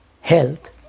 health